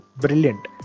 brilliant